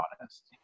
honest